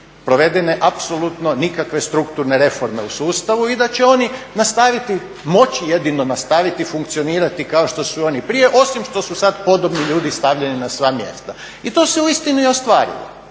provedene apsolutno nikakve strukturne reforme u sustavu i da će oni nastaviti, moći jedino nastaviti funkcionirati kao što su oni prije, osim što su sad podobni ljudi stavljeni na sva mjesta. I to se uistinu i ostvarilo,